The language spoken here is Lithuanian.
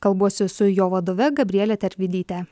kalbuosi su jo vadove gabriele tervidyte